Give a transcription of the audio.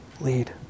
lead